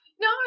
No